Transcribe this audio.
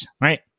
right